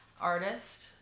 artist